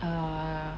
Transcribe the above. err